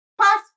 pass